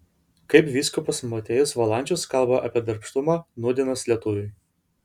kaip vyskupas motiejus valančius kalba apie darbštumą nūdienos lietuviui